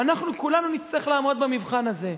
ואנחנו כולנו נצטרך לעמוד במבחן הזה.